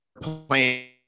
playing